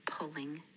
pulling